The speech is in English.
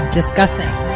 discussing